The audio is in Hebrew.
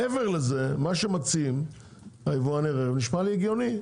מעבר לזה, מה שמציעים יבואני הרכב נשמע לי הגיוני.